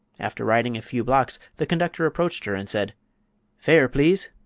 after riding a few blocks the conductor approached her and said fare, please!